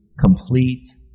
complete